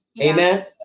Amen